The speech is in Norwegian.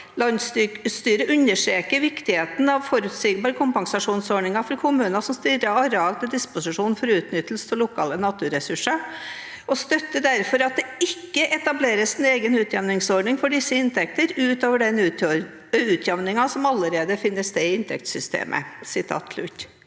«Landsstyret understreker (…) viktigheten av forutsigbare kompensasjonsordninger for kommuner som stiller areal til disposisjon for utnyttelse av lokale naturressurser, og støtter derfor at det ikke etableres en egen utjevningsordning for disse inntektene ut over den utjevning som allerede finner sted i inntektssystemet.»